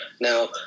Now